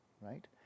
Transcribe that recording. right